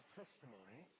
testimony